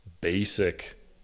basic